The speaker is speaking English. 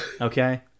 Okay